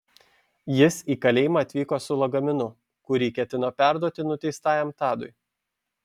jis į kalėjimą atvyko su lagaminu kuri ketino perduoti nuteistajam tadui